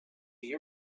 you